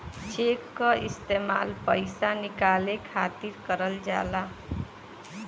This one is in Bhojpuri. चेक क इस्तेमाल पइसा निकाले खातिर करल जाला